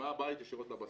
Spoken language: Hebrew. ומהבית ישירות לבסיס.